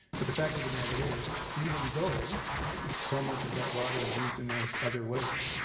but the fact of the matter is even though so much of that water is used in those other ways,